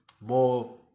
more